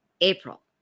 April